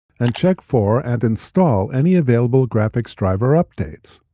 and check for and install any available graphics driver updates.